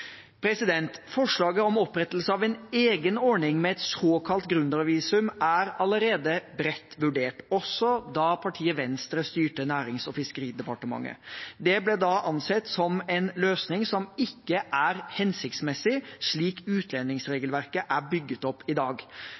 Forslaget om opprettelse av en egen ordning med et såkalt gründervisum er allerede bredt vurdert, også da partiet Venstre styrte Nærings- og fiskeridepartementet. Det ble da ansett som en løsning som ikke er hensiktsmessig, slik utlendingsregelverket er bygd opp i dag.